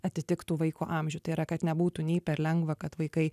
atitiktų vaiko amžių tai yra kad nebūtų nei per lengva kad vaikai